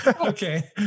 Okay